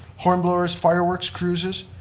hornblower's fireworks cruises,